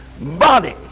body